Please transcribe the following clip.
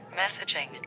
messaging